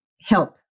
help